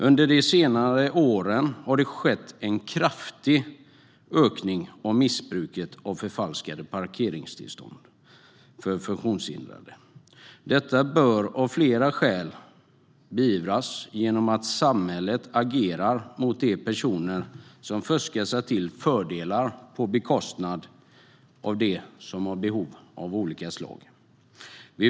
Under senare år har det skett en kraftig ökning av missbruket av förfalskade parkeringstillstånd för funktionshindrade. Detta bör av flera skäl beivras genom att samhället agerar mot de personer som fuskar sig till fördelar på bekostnad av dem som av olika skäl har behov av parkeringstillstånd.